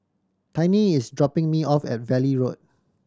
Tiny is dropping me off at Valley Road